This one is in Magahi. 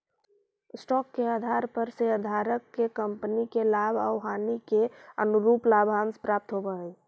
स्टॉक के आधार पर शेयरधारक के कंपनी के लाभ आउ हानि के अनुरूप लाभांश प्राप्त होवऽ हई